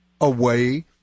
away